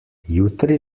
jutri